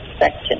section